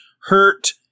hurt